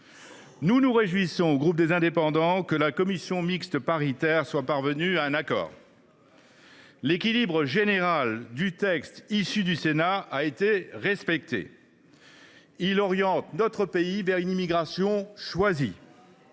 – République et Territoires, que la commission mixte paritaire soit parvenue à un accord. L’équilibre général du texte issu du Sénat a été respecté. Il oriente notre pays vers une immigration choisie.